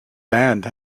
band